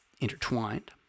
intertwined